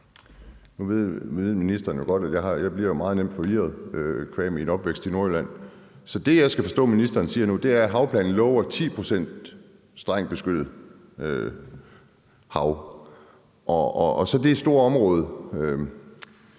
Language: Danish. Nu ved ministeren jo godt, at jeg meget nemt bliver forvirret qua min opvækst i Nordjylland. Så er det, jeg skal forstå at ministeren nu siger, at havplanen lover 10 pct. strengt beskyttet hav, og at der så er en